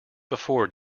before